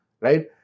right